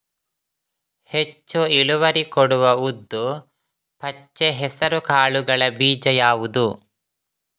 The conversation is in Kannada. ಹೆಚ್ಚು ಇಳುವರಿ ಕೊಡುವ ಉದ್ದು, ಪಚ್ಚೆ ಹೆಸರು ಕಾಳುಗಳ ಬೀಜ ಯಾವುದು?